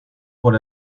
por